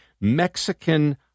Mexican